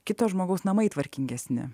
kito žmogaus namai tvarkingesni